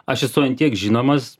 aš esu tiek žinomas